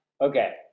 Okay